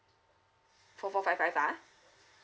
four four five five ah